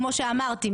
כמו שאמרתי,